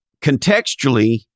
contextually